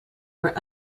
were